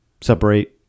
separate